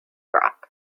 rock